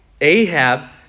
Ahab